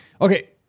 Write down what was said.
Okay